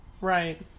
Right